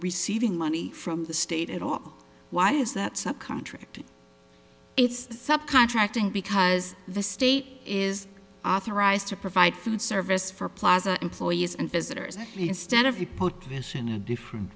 receiving money from the state at all why is that subcontract it's sub contracting because the state is authorized to provide food service for plaza employees and visitors instead of the put this in a different